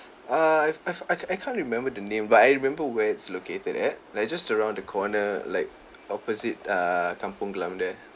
err I f~ I can't I can't remember the name but I remember where it's located at like just around the corner like opposite err kampong glam there